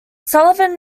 sullivan